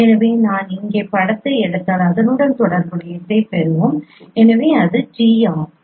எனவே நான் இங்கே படத்தை எடுத்தால் அதனுடன் தொடர்புடையதைப் பெறுவோம் எனவே அது t ஆகும்